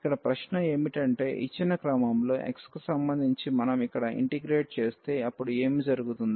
ఇక్కడ ప్రశ్న ఏమిటంటే ఇచ్చిన క్రమంలో x కి సంబంధించి మనం ఇక్కడ ఇంటిగ్రేట్ చేస్తే అప్పుడు ఏమి జరుగుతుంది